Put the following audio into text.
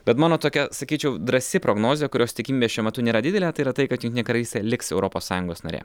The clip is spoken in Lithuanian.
bet mano tokia sakyčiau drąsi prognozė kurios tikimybė šiuo metu nėra didelė tai yra tai kad jungtinė karalystė liks europos sąjungos narė